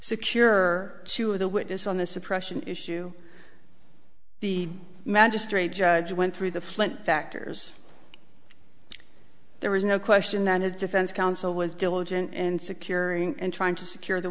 secure two of the witness on the suppression issue the magistrate judge went through the flint factors there was no question that his defense counsel was diligent in securing and trying to secure the